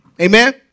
Amen